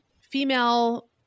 female